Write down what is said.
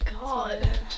god